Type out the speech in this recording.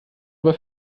aber